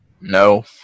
No